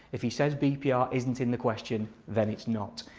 if he says bpr isn't in the question then it's not.